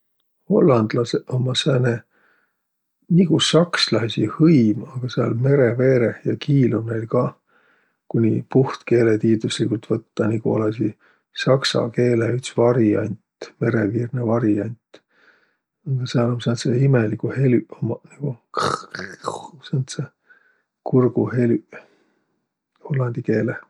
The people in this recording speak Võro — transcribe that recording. Hollandlasõq ummaq sääne nigu s'akslaisi hõim, aga sääl mere veereh, ja kiil um näil kah, ku puht keeletiidüsligult võttaq, tä nigu olõsiq s'aksa keele üts variant, mereviirne variant. Ja sääl um sääntseq imeliguq helüq ummaq nigu [x:] [x:] [x:], sääntseq kurguhelüq.